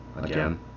Again